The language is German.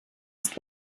ist